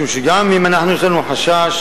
משום שגם אם יש לנו חשש